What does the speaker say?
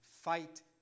fight